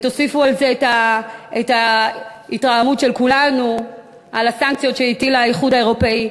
ותוסיפו לזה את ההתרעמות של כולנו על הסנקציות שהטיל האיחוד האירופי,